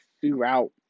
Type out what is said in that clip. Throughout